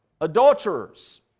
Adulterers